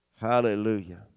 Hallelujah